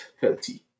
healthy